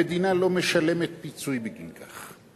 המדינה לא משלמת פיצוי בגין כך.